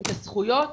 את הזכויות